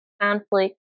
Conflict